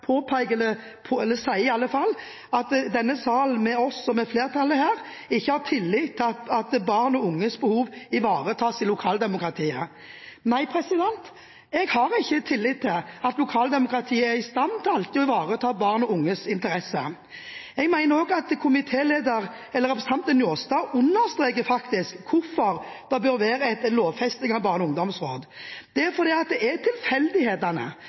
sier at denne salen, med oss som er flertallet her, ikke har tillit til at barn og unges behov ivaretas i lokaldemokratiet. Nei, jeg har ikke tillit til at lokaldemokratiet er i stand til alltid å ivareta barn og unges interesser. Jeg mener også at representanten Njåstad faktisk understreker hvorfor det bør være en lovfesting av ungdomsråd. Det er fordi det er tilfeldighetene, det er personene som er avgjørende for om det blir eller ikke blir et ungdomsråd, om det